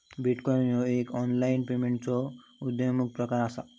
bitcoin ह्यो एक online पेमेंटचो उद्योन्मुख प्रकार असा